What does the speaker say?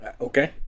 Okay